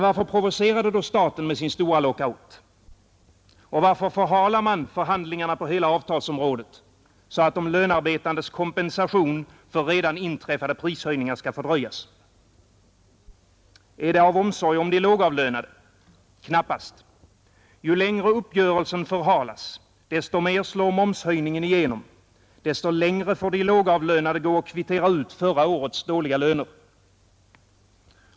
Varför provocerade då staten med sin stora lockout? Varför förhalar man förhandlingarna på hela avtalsområdet, så att de lönarbetandes kompensation för redan inträffade prishöjningar skall fördröjas? Är det av omsorg om de lågavlönade? Knappast. Ju längre uppgörelsen förhalas, desto mer slår momshöjningen igenom, desto längre får de lågavlönade gå och kvittera ut förra årets dåliga löner.